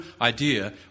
idea